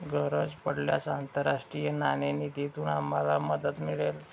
गरज पडल्यास आंतरराष्ट्रीय नाणेनिधीतून आम्हाला मदत मिळेल